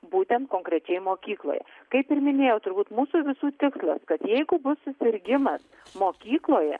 būtent konkrečioje mokykloje kaip ir minėjau turbūt mūsų visų tikslas kad jeigu bus susirgimas mokykloje